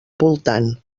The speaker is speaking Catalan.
voltant